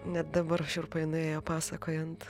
net dabar šiurpai nuėjo pasakojant